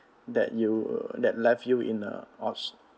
that you that left you in a